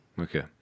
Okay